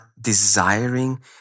desiring